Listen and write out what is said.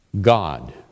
God